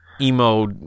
emo